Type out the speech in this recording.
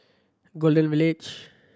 Golden Village